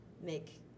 make